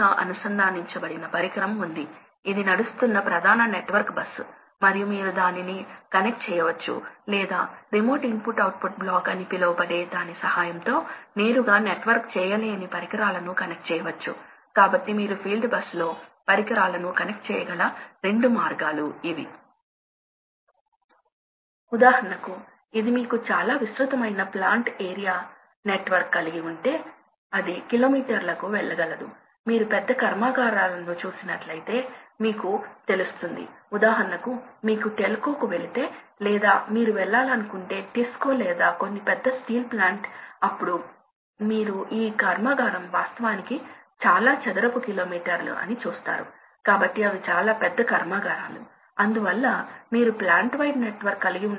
కాబట్టి మరొక చాలా సరళమైన పద్ధతి ఏమిటంటే ఆన్ ఆఫ్ కంట్రోల్ అనేది నియంత్రణలో సరళమైనది టెంపరేచర్ హెచ్చుతగ్గులు ఉండబోతున్నాయిప్రాథమికంగా ప్రవాహ హెచ్చుతగ్గులు టెంపరేచర్ హెచ్చుతగ్గులు కారణం కావచ్చు కొన్నిసార్లు హోమ్ అప్లికేషన్స్ కోసం ఇది ఉపయోగించినప్పుడు మీకు తక్కువ లోడ్ ఉంది మరియు మీకు పెద్ద వాల్యూమ్ ఉంది కాబట్టి మీకు థర్మల్ కెపాసిటెన్స్ తెలుసు కాబట్టి పెద్ద పరిమాణంలో గది ఉన్నందున ప్రవాహం యొక్క వేరియేషన్ ఉండదు